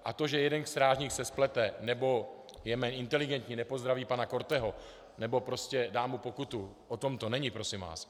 A to, že jeden strážník se splete nebo je méně inteligentní, nepozdraví pana Korteho nebo mu dá pokutu, o tom to není prosím vás.